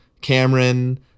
Cameron